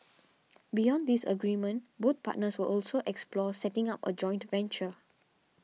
beyond this agreement both partners will also explore setting up a joint venture